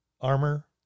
armor